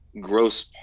gross